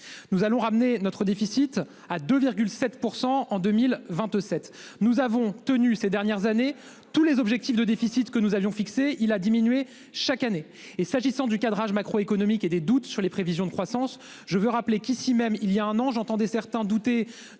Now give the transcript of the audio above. Nous allons ramener notre déficit à 2,7% en 2027. Nous avons tenu ces dernières années tous les objectifs de déficit que nous avions fixé il a diminué chaque année et s'agissant du cadrage macroéconomique et des doutes sur les prévisions de croissance. Je veux rappeler qu'ici même il y a un an j'entendais certains douter